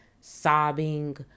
sobbing